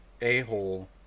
a-hole